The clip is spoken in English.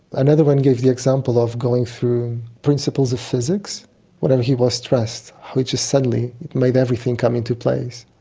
another one gave the example of going through principles of physics whenever he was stressed, how it just suddenly made everything come into place.